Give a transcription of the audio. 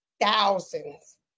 thousands